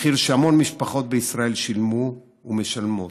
מחיר שהמון משפחות בישראל שילמו ומשלמות,